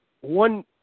one